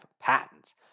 patents